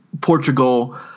Portugal –